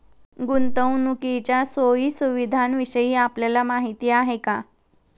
गुंतवणुकीच्या सोयी सुविधांविषयी आपल्याला माहिती आहे का?